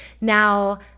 Now